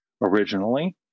originally